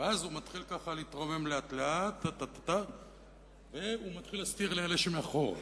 ואז הוא מתחיל ככה להתרומם לאט-לאט ומתחיל להסתיר לאלה שמאחור.